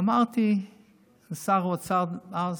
אמרתי לשר האוצר אז: